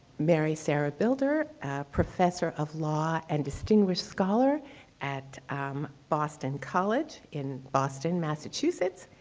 mary sarah bilder, a professor of law and distinguished scholar at um boston college in boston, massachusetts.